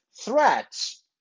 threats